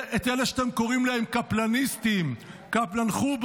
את אלה שאתם קוראים להם קפלניסטים, קפלנוח'בות,